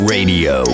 Radio